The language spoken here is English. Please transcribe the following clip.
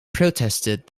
protested